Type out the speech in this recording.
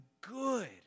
good